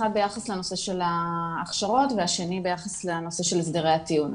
אחד ביחס להכשרות והשני ביחס לנושא של הסדרי הטיעון.